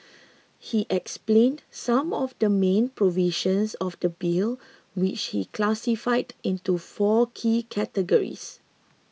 he explained some of the main provisions of the Bill which he classified into four key categories